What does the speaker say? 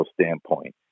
standpoint